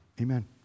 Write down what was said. amen